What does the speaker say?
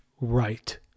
right